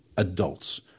adults